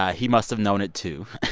ah he must have known it, too,